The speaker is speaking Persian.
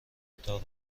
اتاق